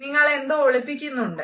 നിങ്ങൾ എന്തോ ഒളിപ്പിക്കുന്നുണ്ട്